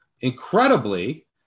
Incredibly